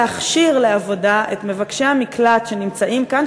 פשוט להכשיר לעבודה את מבקשי המקלט שנמצאים כאן,